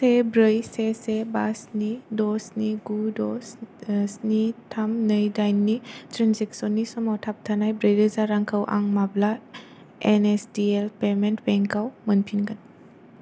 से ब्रै से से बा स्नि द' स्नि गु द' स्नि थाम नै दाइन नि ट्रेन्जेकसननि समाव थाबथानाय ब्रैरोजा रांखौ आं माब्ला एनएसडिएल पेमेन्ट बेंकाव मोनफिनगोन